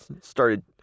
started